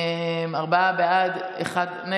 ארבעה בעד, גם כנפו.